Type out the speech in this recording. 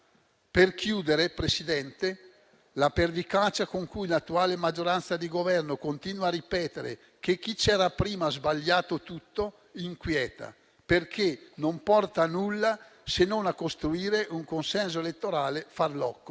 Per concludere, signor Presidente, la pervicacia con cui l'attuale maggioranza di Governo continua a ripetere che chi c'era prima ha sbagliato tutto inquieta perché non porta a nulla, se non a costruire un consenso elettorale farlocco.